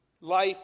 life